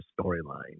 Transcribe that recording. storyline